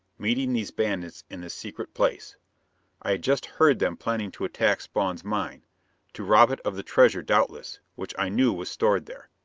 meeting these bandits in this secret place i had just heard them planning to attack spawn's mine to rob it of the treasure doubtless, which i knew was stored there.